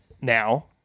now